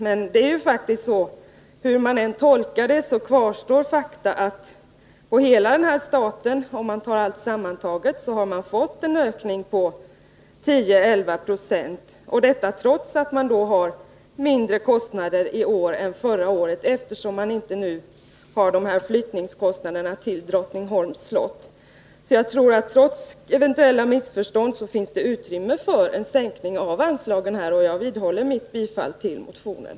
Men hur vi än tolkar det hela kvarstår faktum att man på den här staten, allt sammantaget, har fått en ökning på 10-11 96, trots att man har mindre kostnader i år än förra året, eftersom det nu inte förekommer några kostnader för flyttningen till Drottningholms slott. Trots eventuella missförstånd tror jag att det finns utrymme för en sänkning av det här anslaget, och jag vidhåller mitt yrkande om bifall till motionen.